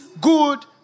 good